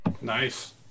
Nice